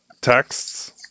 texts